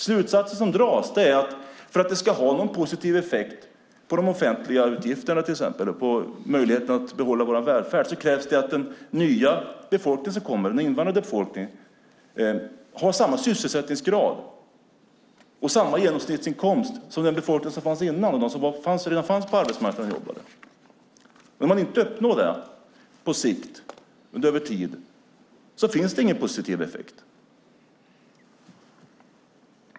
Slutsatser som dras är att för att det ska ha någon positiv effekt på de offentliga utgifterna och möjligheten att behålla välfärden krävs det att den invandrade befolkningen har samma sysselsättningsgrad och samma genomsnittsinkomst som den befolkning som fanns innan och de som redan fanns på arbetsmarknaden och jobbade. Om man inte uppnår det över tid finns det ingen positiv effekt.